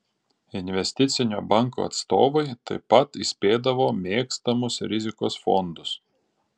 investicinio banko atstovai taip pat įspėdavo mėgstamus rizikos fondus